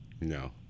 No